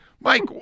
Mike